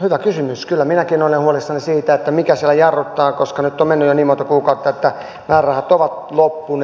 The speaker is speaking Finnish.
hyvä kysymys kyllä minäkin olen huolissani siitä mikä siellä jarruttaa koska nyt on mennyt jo niin monta kuukautta että määrärahat ovat loppuneet